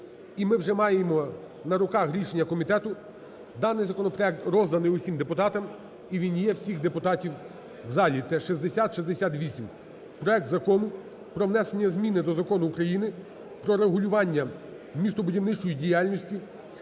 і ми вже маємо на руках рішення комітету. Даний законопроект розданий усім депутатам, і він є у всіх депутатів у залі. Це 6068, проект Закону про внесення зміни до Закону України "Про регулювання містобудівної діяльності"